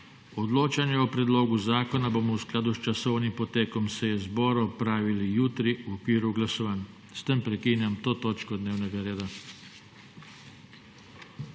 nadaljnjo obravnavo, bomo v skladu s časovnim potekom seje zbora odločali jutri v okviru glasovanj. S tem prekinjam to točko dnevnega reda.